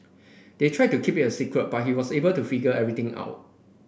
they tried to keep it a secret but he was able to figure everything out